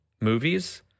movies